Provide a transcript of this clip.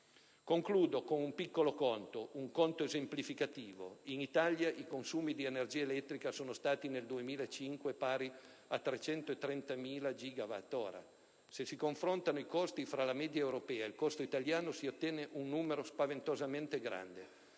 intervento con un piccolo conto, ma esemplificativo. In Italia i consumi di energia elettrica sono stati nel 2005 pari a 330.000 Gwh. Se si confrontano i costi tra la media europea e il costo italiano, si ottiene un numero spaventosamente grande: